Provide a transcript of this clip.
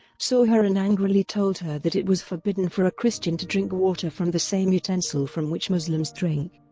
saw her and angrily told her that it was forbidden for a christian to drink water from the same utensil from which muslims drink,